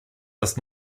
das